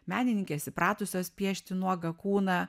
menininkės įpratusios piešti nuogą kūną